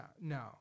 no